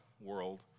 world